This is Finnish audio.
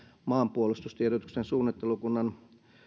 maanpuolustustiedotuksen suunnittelukunnan